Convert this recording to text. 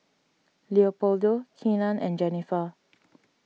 Leopoldo Keenan and Jennifer